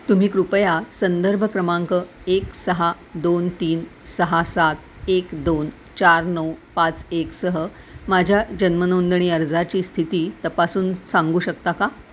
तुम्ही कृपया संदर्भ क्रमांक एक सहा दोन तीन सहा सात एक दोन चार नऊ पाच एकसह माझ्या जन्म नोंदणी अर्जाची स्थिती तपासून सांगू शकता का